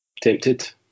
Tempted